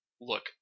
look